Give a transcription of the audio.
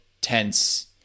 tense